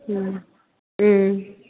उम उम